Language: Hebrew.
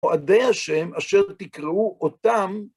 מועדי השם אשר תקראו אותם